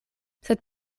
sed